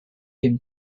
him